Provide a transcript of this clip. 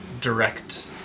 direct